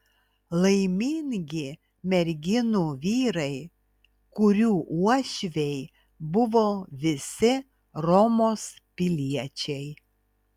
laimingi merginų vyrai kurių uošviai buvo visi romos piliečiai